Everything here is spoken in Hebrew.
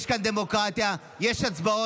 יש כאן דמוקרטיה, יש הצבעות.